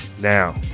Now